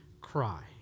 cry